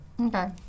Okay